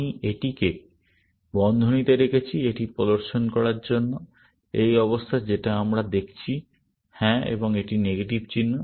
আমি এটিকে বন্ধনীতে রেখেছি এটি প্রদর্শন করার জন্য এই অবস্থা যেটা আমরা দেখছি হ্যাঁ এবং এটি নেগেটিভ চিহ্ন